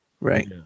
Right